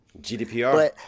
GDPR